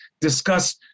discuss